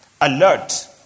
alert